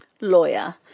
lawyer